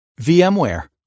VMware